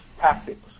tactics